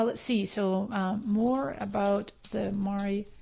ah see, so more about the mari